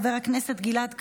חבר הכנסת גלעד קריב,